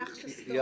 זה מונח שסתום.